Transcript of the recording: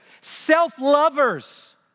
self-lovers